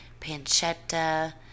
pancetta